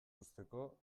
uzteko